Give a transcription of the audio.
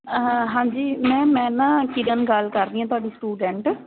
ਹਾਂਜੀ ਮੈਮ ਮੈਂ ਨਾ ਕਿਰਨ ਗੱਲ ਕਰਦੀ ਹਾਂ ਤੁਹਾਡੀ ਸਟੂਡੈਂਟ